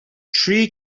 three